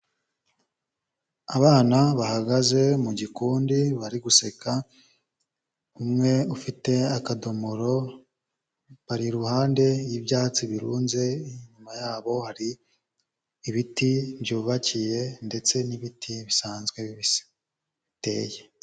Abana bahagaze mu gikundi bari guseka, umwe ufite akadomoro, bari iruhande y'ibyatsi birunze, inyuma yabo hari ibiti byubakiye ndetse n'ibiti bisanzwe bibisi biteye.